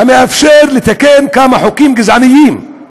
ומאפשר לתקן כמה חוקים גזעניים,